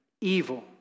evil